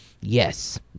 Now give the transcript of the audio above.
yes